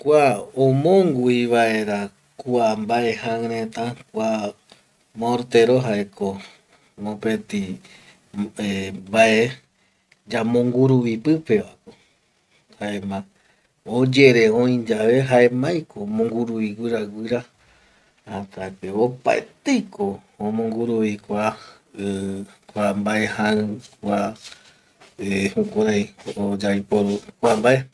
Kua ombongui vaera kua mbae jai reta kua mortero jaeko mopeti eh mbae yamonguruvi pipevako, jaema oyere oiyae jaemaiko omonguruvi guiraguira hasta que opaeteiko omonguruvi kua mbae jai jukuraiko yaiporu kua mbae